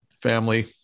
family